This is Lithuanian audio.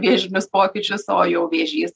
vėžinius pokyčius o jau vėžys